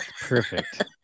perfect